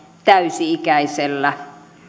täysi ikäisellä